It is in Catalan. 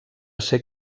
ser